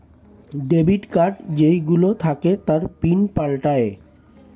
debit card যেই গুলো থাকে তার পিন পাল্টায়ে